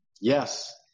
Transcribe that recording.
Yes